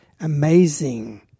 Amazing